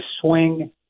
swing